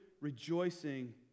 rejoicing